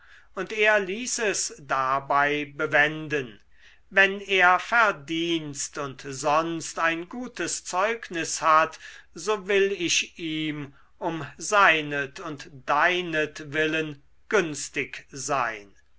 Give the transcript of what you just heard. und er ließ es dabei bewenden wenn er verdienst und sonst ein gutes zeugnis hat so will ich ihm um seinet und deinetwillen günstig sein